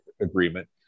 agreement